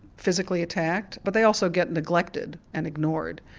physically attacked, but they also get neglected and ignored.